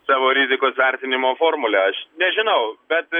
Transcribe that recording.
savo rizikos vertinimo formulę aš nežinau bet